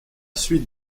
suite